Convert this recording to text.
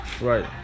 Right